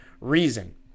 reason